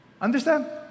Understand